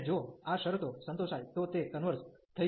અને જો આ શરતો સંતોષાય તો તે કન્વર્ઝ થઈ જશે